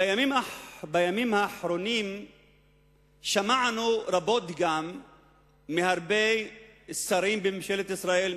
בימים האחרונים שמענו רבות גם מהרבה שרים בממשלת ישראל,